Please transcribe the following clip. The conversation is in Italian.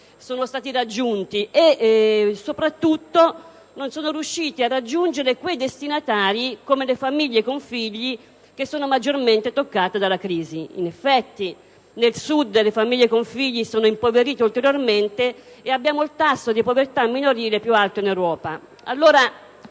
sono stati raggiunti e soprattutto non si è riusciti a raggiungere quei destinatari, come le famiglie con figli, che sono maggiormente toccati dalla crisi. In effetti, nel Sud le famiglie con figli sono impoverite ulteriormente e abbiamo il tasso di povertà minorile più alto d'Europa.